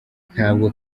ntabwo